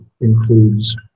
includes